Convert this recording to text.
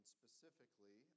specifically